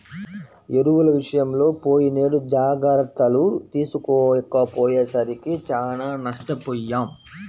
ఎరువుల విషయంలో పోయినేడు జాగర్తలు తీసుకోకపోయేసరికి చానా నష్టపొయ్యాం